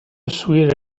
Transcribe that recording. suite